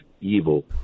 evil